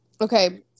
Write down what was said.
Okay